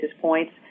points